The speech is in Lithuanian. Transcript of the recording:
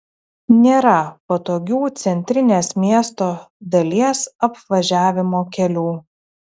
nėra patogių centrinės miesto dalies apvažiavimo kelių